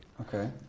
Okay